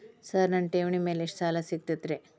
Sir ನನ್ನ ಠೇವಣಿ ಮೇಲೆ ಎಷ್ಟು ಸಾಲ ಸಿಗುತ್ತೆ ರೇ?